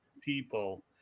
people